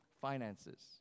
finances